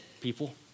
people